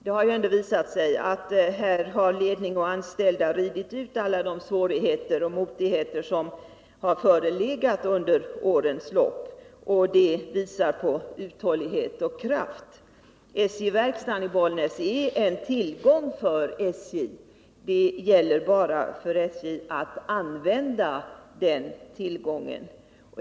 Det har ju visat sig att ledningen och de anställda har ridit ut alla de svårigheter och motigheter som har förelegat under årens lopp. Det visar på uthållighet och kraft. SJ-verkstaden i Bollnäs är en tillgång för SJ. Det gäller bara att använda den tillgången.